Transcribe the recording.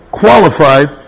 qualified